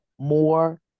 more